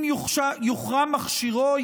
אם יוחרם מכשירו,